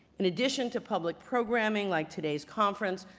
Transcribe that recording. in addition to public programming like today's conference,